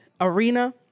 arena